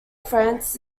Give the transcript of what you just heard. france